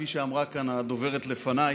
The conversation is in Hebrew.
כפי שאמרה כאן הדוברת לפניי,